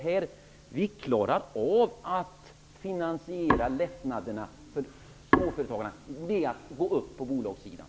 Vi kan klara att finansiera lättnaderna för småföretagarna genom att öka skatten på bolagssidan.